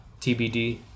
tbd